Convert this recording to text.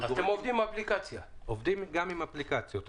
עובדים גם עם אפליקציות.